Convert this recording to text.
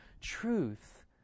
truth